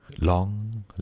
Long